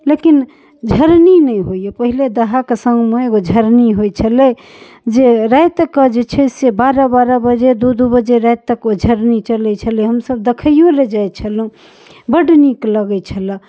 लेकिन झरनी नहि होइए पहिले दाहाक सङ्गमे एगो झरनी होइ छलै जे रातिकऽ जे छै से बारह बारह बजे दू दू बजे राति तक ओ झरनी चलै छलै हमसब देखैओ लए जाइ छलहुँ बड्ड नीक लगै छलै